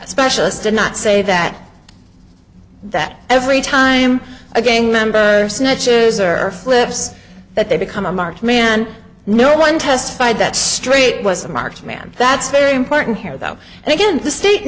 specialist did not say that that every time a gay member snitches or flips that they become a marked man no one testified that straight was a marked man that's very important here though and again the state